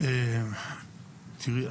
תראי,